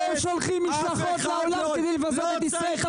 אתם שולחים משלחות לעולם כדי לבזות את ישראל.